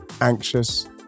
anxious